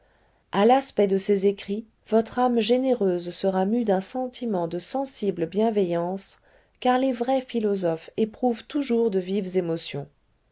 à l'aspect de ces écrits votre âme généreuse sera mue d'un sentiment de sensible bienveillance car les vrais philosophes éprouvent toujours de vives émotions